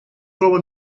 troba